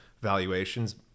valuations